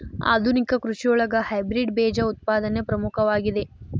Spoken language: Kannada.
ಆಧುನಿಕ ಕೃಷಿಯೊಳಗ ಹೈಬ್ರಿಡ್ ಬೇಜ ಉತ್ಪಾದನೆ ಪ್ರಮುಖವಾಗಿದೆ